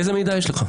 איזה מידע יש לך?